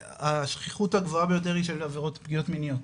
השכיחות הגבוה ביותר היא של עבירות פגיעות מיניות,